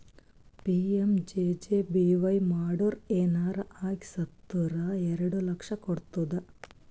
PMJJBY ಮಾಡುರ್ ಏನರೆ ಆಗಿ ಸತ್ತುರ್ ಎರಡು ಲಕ್ಷ ಕೊಡ್ತುದ್